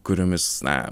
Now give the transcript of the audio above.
kuriomis na